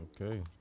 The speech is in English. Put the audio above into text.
Okay